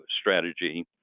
strategy